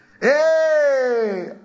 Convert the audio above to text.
Hey